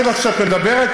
לזה אתה קורא מהפכה?